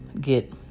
get